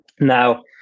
Now